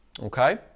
okay